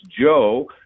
Joe